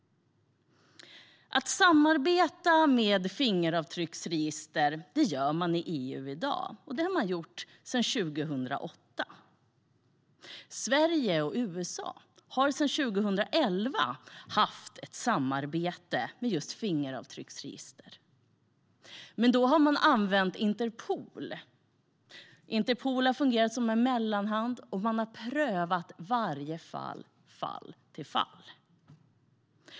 Att samarbeta med fingeravtrycksregister gör man i EU i dag, och det har man gjort sedan 2008. Sverige och USA har sedan 2011 haft ett samarbete om just fingeravtrycksregister, men då har man använt Interpol. Interpol har fungerat som en mellanhand, och man har prövat varje ärende från fall till fall.